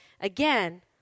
again